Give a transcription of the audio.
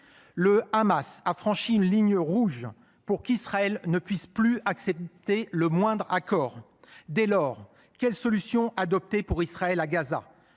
Le Hamas a franchi une ligne rouge pour qu’Israël ne puisse plus accepter le moindre accord. Dès lors, quelle solution adopter pour Israël à Gaza ?